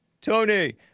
tony